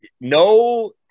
no –